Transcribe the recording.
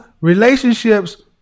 relationships